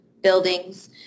buildings